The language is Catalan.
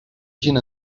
gent